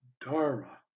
dharma